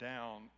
down